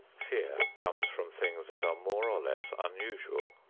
fear comes from things that are more or less unusual.